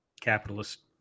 capitalist